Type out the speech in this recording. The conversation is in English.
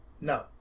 No